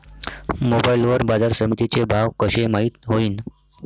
Mobile वर बाजारसमिती चे भाव कशे माईत होईन?